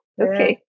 okay